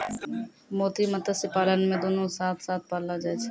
मोती मत्स्य पालन मे दुनु साथ साथ पाललो जाय छै